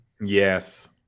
Yes